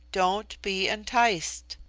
don't be enticed.